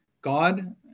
God